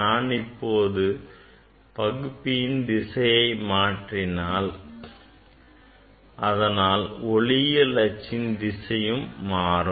நான் இப்போது பகுப்பின் திசையை மாற்றினால் அதனால் ஒளியியல் அச்சின் திசையும் மாறும்